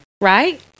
Right